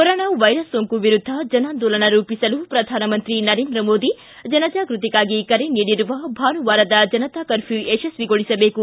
corona virus ಸೋಂಕು ವಿರುದ್ದ ಜನಾಂದೋಲನ ರೂಪಿಸಲು ಪ್ರಧಾನಮಂತ್ರಿ ನರೇಂದ್ರ ಮೋದಿ ಜನಜಾಗೃತಿಗಾಗಿ ಕರೆ ನೀಡಿರುವ ಭಾನುವಾರದ ಜನತಾ ಕರ್ಪ್ಯೂ ಯಶಸ್ವಿಗೊಳಿಸಬೇಕು